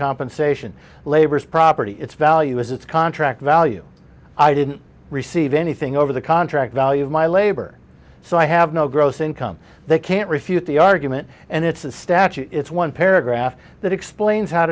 compensation labors property its value is its contract value i didn't receive anything over the contract value of my labor so i have no gross income they can't refute the argument and it's a statute it's one paragraph that explains h